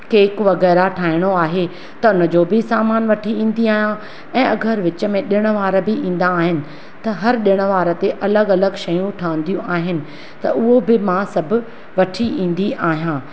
cake वग़ैरह ठाहिणो आहे त हुनजो बि सामानु वठी ईंदी आहियां ऐं अगरि वीचु में ॾिण वारा बि ईंदा आहिनि त हर ॾिण वार ते अलॻि अलॻि शयूं ठहिंदीयूं आहिनि त उहो बि मां सभु वठी ईंदी आहियां